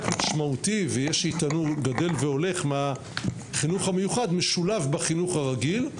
משמעותי ויש שיטענו גדל והולך מהחינוך המיוחד משולב בחינוך הרגיל.